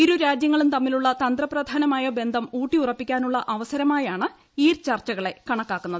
ഇരുരാജ്യങ്ങളും തമ്മിലുള്ള തന്ത്രപ്രധാനമായ ബന്ധം ഊട്ടിയുറപ്പിക്കാനുള്ള അവസരമായാണ് ഈ ചർച്ചകളെ കണക്കാക്കുന്നത്